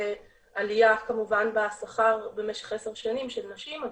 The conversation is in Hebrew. עלייה כמובן בשכר במשך עשר שנים של נשים,